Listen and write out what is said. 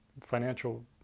financial